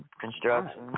construction